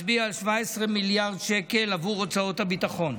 מצביע על 17 מיליארד שקל בעבור הוצאות הביטחון,